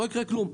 לא יקרה כלום,